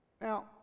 Now